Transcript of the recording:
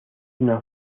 una